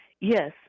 Yes